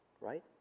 right